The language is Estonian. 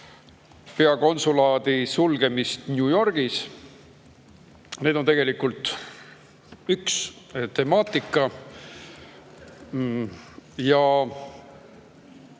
peakonsulaadi sulgemist New Yorgis. See on tegelikult üks temaatika. See